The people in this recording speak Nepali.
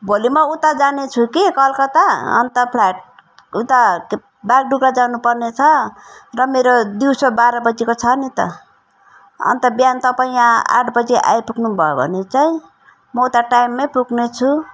भोलि म उता जाने छु कि कलकत्ता अन्त फ्लाइट उता केप् बागडुग्रा जानु पर्नेछ र मेरो दिउँसो बाह्रबजीको छ नि त अन्त बिहान तपाईँ यहाँ आठबजे आइपुग्नुभयो भने चाहिँ म उता टाइममै पुग्नेछु